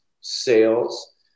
sales